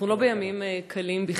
אנחנו לא בימים קלים בכלל,